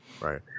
Right